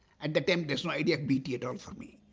at the time there's no idea of bt at all for me.